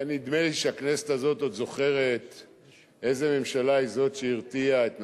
נדמה לי שהכנסת הזאת עוד זוכרת איזו ממשלה היא זאת שהרתיעה את נסראללה.